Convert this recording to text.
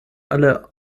alle